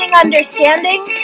Understanding